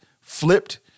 flipped